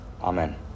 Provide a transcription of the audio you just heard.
Amen